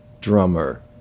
drummer